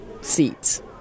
seats